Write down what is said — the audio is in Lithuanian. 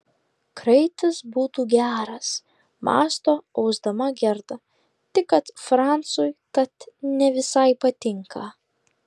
kraitis būtų geras mąsto ausdama gerda tik kad francui tat ne visai patinka